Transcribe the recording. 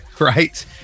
Right